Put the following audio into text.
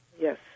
Yes